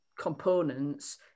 components